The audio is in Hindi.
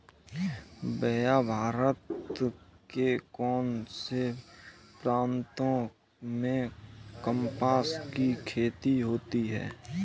भैया भारत के कौन से प्रांतों में कपास की खेती होती है?